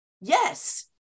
Yes